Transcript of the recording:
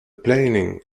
planning